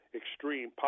extreme